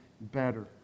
better